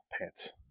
pants